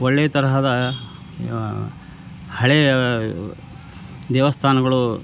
ಒಳ್ಳೆಯ ಥರಹದ ಹಳೆಯ ದೇವಸ್ಥಾನಗಳು